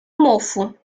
mofo